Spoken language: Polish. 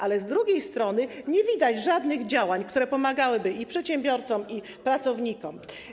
Ale z drugiej strony nie widać żadnych działań, które pomagałyby i przedsiębiorcom, i pracownikom.